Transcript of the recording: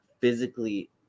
physically